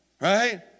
Right